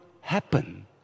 happen